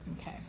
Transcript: Okay